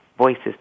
Voices